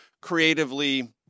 creatively